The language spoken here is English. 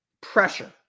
pressure